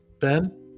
Ben